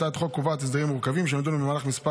הצעת החוק קובעת הסדרים מורכבים שנדונו במהלך מספר